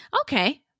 Okay